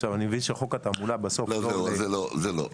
עכשיו אני מבין שחוק התעמולה בסוף -- לא זה לא זה לא,